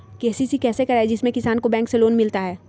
KCC कैसे कराये जिसमे किसान को बैंक से लोन मिलता है?